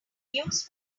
use